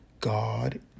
God